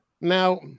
Now